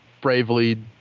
bravely